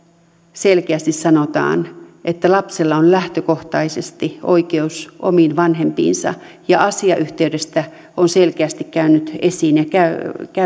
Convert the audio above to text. selkeästi sanotaan että lapsella on lähtökohtaisesti oikeus omiin vanhempiinsa ja asiayhteydestä on selkeästi käynyt esiin ja käy